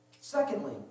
Secondly